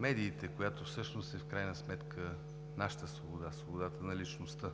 медиите, която всъщност е в крайна сметка нашата свобода, свободата на личността.